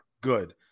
Good